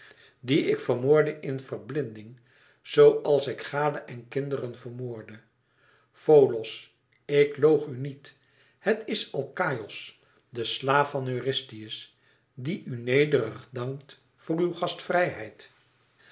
die ik vermoordde in verblinding zoo als ik gade en kinderen vermoordde folos ik loog u niet het is alkaïos de slaaf van eurystheus die u nederig dankt voor uw gastvrijheid